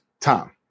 Tom